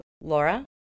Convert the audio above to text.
Laura